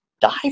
die